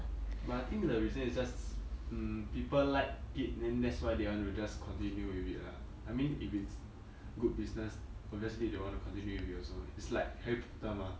but I think the reason is just mm people like it then that's why they want to just continue with it lah I mean if it's good business obviously they want to continue with it also it's like harry potter mah